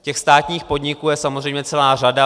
Těch státních podniků je samozřejmě celá řada.